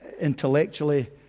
intellectually